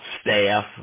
staff